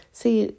see